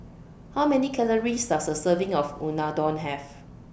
How Many Calories Does A Serving of Unadon Have